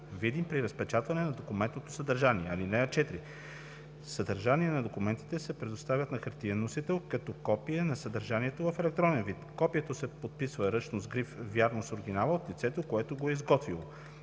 видим при разпечатване на документното съдържание. (4) Съдържание на документи се предоставя на хартиен носител като копие на съдържанието в електронен вид. Копието се подписва ръчно с гриф „Вярно с оригинала“ от лицето, което го е изготвило.“